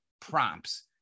prompts